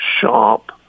sharp